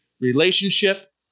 relationship